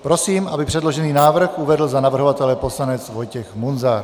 Prosím, aby předložený návrh uvedl za navrhovatele poslanec Vojtěch Munzar.